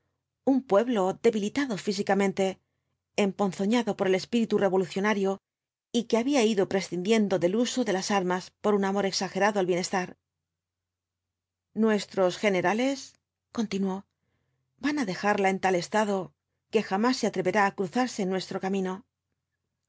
un pueblo debilitado físicamente emponzoñado por el espíritu revolucionario y que había ido prescindiendo del uso de las armas por un amor exagerado al bienestar nuestros generales continuó van á dejarla en tal estado que jamás se atreverá á cruzarse en nuestro camino